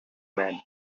man